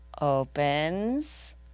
opens